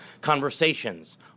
Conversations